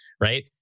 right